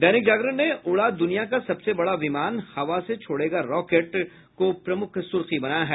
दैनिक जागरण ने उड़ा दुनिया का सबसे बड़ा विमान हवा से छोड़ेगा रॉकेट को प्रमुख सुर्खी बनाया है